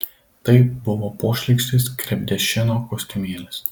tai buvo pošlykštis krepdešino kostiumėlis